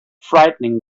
frightening